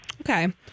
Okay